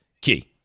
Key